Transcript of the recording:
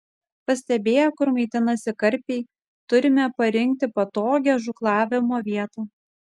pastebėję kur maitinasi karpiai turime parinkti patogią žūklavimo vietą